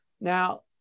Now